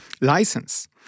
license